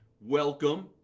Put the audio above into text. Welcome